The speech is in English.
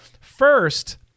first